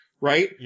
Right